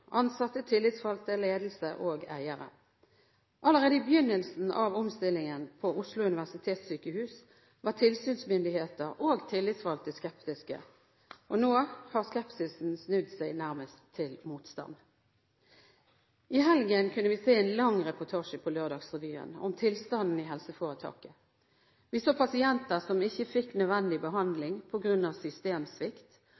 ansatte, tillitsvalgte, ledelse og eiere. Allerede i begynnelsen av omstillingen ved Oslo universitetssykehus var tilsynsmyndigheter og tillitsvalgte skeptiske. Nå har skepsisen snudd seg nærmest til motstand. I helgen kunne vi se en lang reportasje på Lørdagsrevyen om tilstanden i helseforetaket. Vi så pasienter som ikke fikk nødvendig